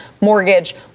mortgage